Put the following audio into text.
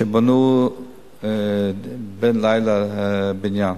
שבנו בן-לילה בניין.